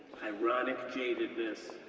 ironic jadedness,